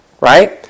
Right